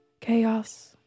chaos